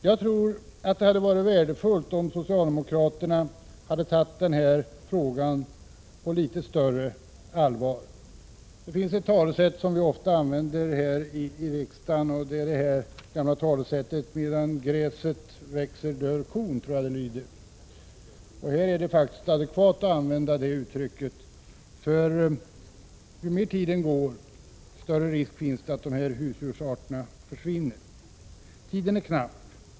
Jag tror att det hade varit värdefullt om socialdemokraterna hade tagit denna fråga på litet större allvar. Det finns ett talesätt som vi ofta använder här i riksdagen: Medan gräset gror, dör kon. Här är det faktiskt adekvat att använda det uttrycket. Ju mer tiden går, desto större är risken att dessa husdjursarter försvinner. Tiden är knapp.